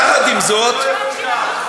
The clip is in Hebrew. עד שהוא יפוטר.